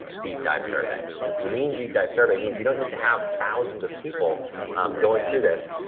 deep dive survey. it's lean, deep dive survey means you don't need to have thousands of people going through this,